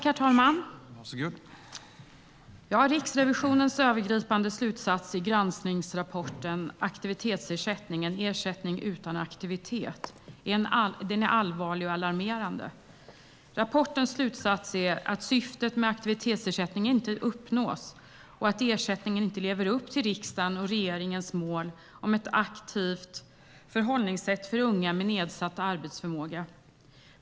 Herr talman! Riksrevisionens övergripande slutsats i granskningsrapporten Aktivitetsersättning - en ersättning utan aktivitet? är allvarlig och alarmerande. Rapportens slutsats är att syftet med aktivitetsersättningen inte uppnås och att ersättningen inte lever upp till riksdagens och regeringens mål om ett aktivt förhållningssätt för unga med nedsatt arbetsförmåga.